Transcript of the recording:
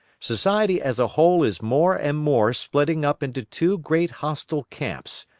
society as a whole is more and more splitting up into two great hostile camps,